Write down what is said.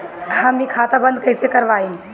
हम इ खाता बंद कइसे करवाई?